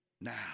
Now